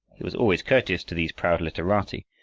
he was always courteous to these proud literati,